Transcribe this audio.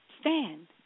stand